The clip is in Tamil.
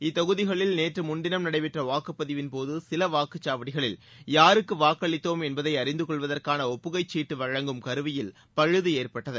இத்தொகுதிகளில் நேற்று முன்தினம் நடைபெற்ற வாக்குப்பதிவின் போது சில வாக்குச் சாவடிகளில் யாருக்கு வாக்களித்தோம் என்பதை அறிந்துக்கொள்வதற்கான ஒப்புகைச் சீட்டு வழங்கும் கருவியில் பழுது ஏற்பட்டது